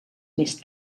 més